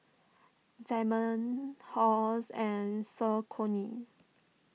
Diamond Halls and Saucony